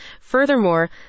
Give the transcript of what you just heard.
Furthermore